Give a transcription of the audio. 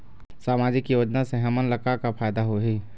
सामाजिक योजना से हमन ला का का फायदा होही?